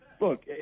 look